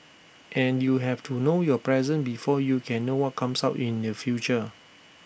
and you have to know your present before you can know what comes up in the future